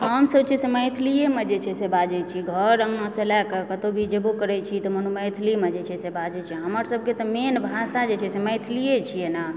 हमसब जे छै से मैथिलिएमे बाजै छी घर अङ्गनासँ लए कऽ कतहुँ भी जेबो करय छी तऽ मैथिलीमे जे छै से बाजय छी हमर सबके तऽ मेन भाषा जे छै से मैथिली छियै ने